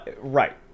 Right